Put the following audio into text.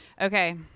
Okay